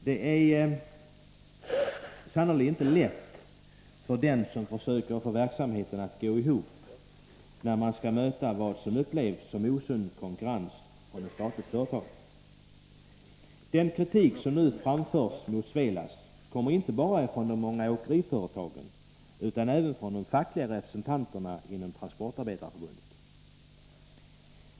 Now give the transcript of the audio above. Det är sannerligen inte lätt för dem som försöker få verksamheten att gå ihop att möta vad som upplevs som osund konkurrens från ett statligt företag. Den kritik som nu framförs mot Svelast kommer inte bara från de många åkeriföretagen, utan även från de fackliga representanterna inom Transportarbetareförbundet.